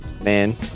Man